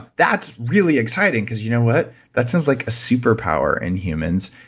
that's really exciting because you know what? that sounds like a super power in humans,